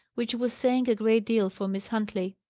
which was saying a great deal for miss huntley.